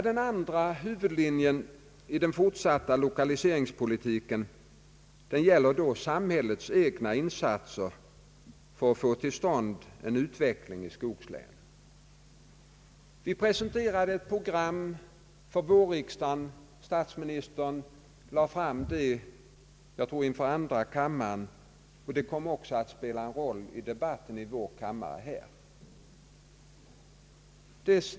Den andra huvudlinjen i den fortsatta lokaliseringspolitiken gäller samhällets egna insatser för att få till stånd en utveckling i skogslänen. Vi presenterade ett program för vårriksdagen — statsministern lade fram det inför andra kammaren, och det kom också att spela en roll för debatten i denna kammare.